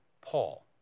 Paul